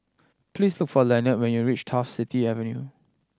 please look for Lenord when you reach Turf City Avenue